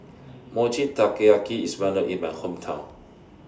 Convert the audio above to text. Mochi Taiyaki IS Well known in My Hometown